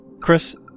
Chris